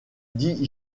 dit